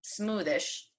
smoothish